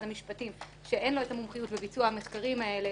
המשפטים שאין לו המומחיות בביצוע המחקרים האלה